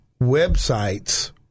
websites